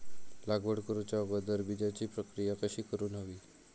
लागवड करूच्या अगोदर बिजाची प्रकिया कशी करून हवी?